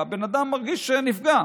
הבן אדם מרגיש שהוא נפגע,